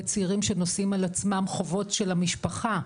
צעירים שנושאים על עצמם חובות של המשפחה,